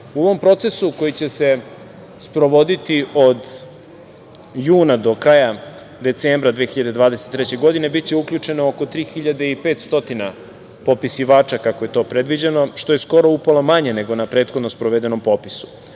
ovom procesu koji će se sprovoditi od juna do kraja decembra 2023. godine biće uključeno oko 3.500 popisivača, kako je to predviđeno, što je skoro upola manje nego na prethodnom popisu. Ovim